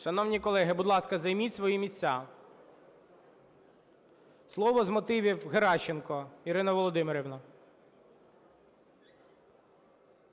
Шановні колеги, будь ласка, займіть свої місця. Слово з мотивів, Геращенко Ірина Володимирівна.